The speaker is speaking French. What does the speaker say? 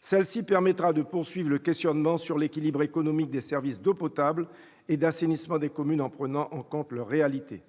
Celle-ci permettra de poursuivre le questionnement sur l'équilibre économique des services d'eau potable et d'assainissement des communes, en prenant en compte les réalités de